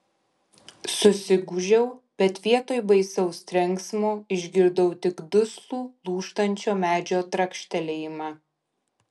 susigūžiau bet vietoj baisaus trenksmo išgirdau tik duslų lūžtančio medžio trakštelėjimą